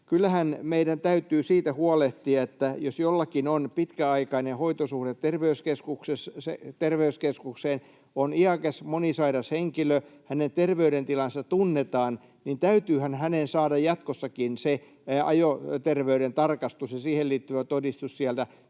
meidän täytyy siitä huolehtia, että jos jollakin on pitkäaikainen hoitosuhde terveyskeskukseen — on iäkäs, monisairas henkilö, hänen terveydentilansa tunnetaan — niin täytyyhän hänen saada jatkossakin se ajoterveyden tarkastus ja siihen liittyvä todistus